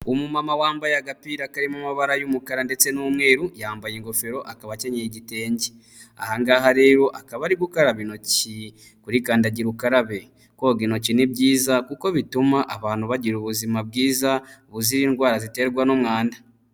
Umumama wambaye agapira karimo amabara y'umukara ndetse n'umweru, yambaye ingofero, akaba akenyeye igitenge, ahangaha rero akaba ari gukaraba intoki kuri kandagira ukarabe, koga intoki ni byiza kuko bituma abantu bagira ubuzima bwiza buzira indwara ziterwa n'umwanda.